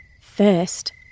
first